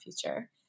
future